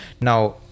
Now